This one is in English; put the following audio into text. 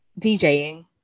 DJing